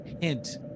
hint